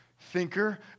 thinker